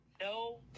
No